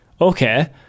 okay